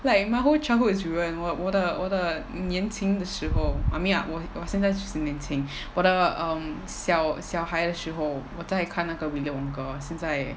like my whole childhood is ruined 我我的我的年轻的时候 I mean li~ 我现在也是年轻我的 um 小小孩时候我在看那个 willy wonka 现在